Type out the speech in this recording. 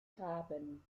graben